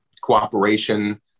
Cooperation